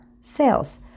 sales